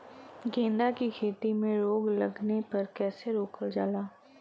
गेंदा की खेती में रोग लगने पर कैसे रोकल जाला?